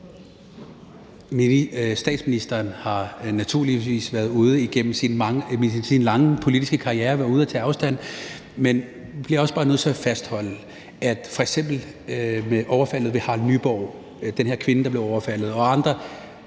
Statsministeren har naturligvis igennem sin lange politiske karriere været ude at tage afstand, men jeg bliver også bare nødt til at fastholde, at f.eks. i forbindelse med overfaldet ved Harald Nyborg, hvor den her kvinde blev overfaldet, og andre